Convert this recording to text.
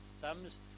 thumbs